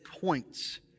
points